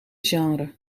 genre